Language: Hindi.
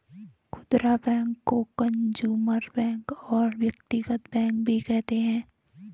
खुदरा बैंक को कंजूमर बैंक और व्यक्तिगत बैंक भी कहते हैं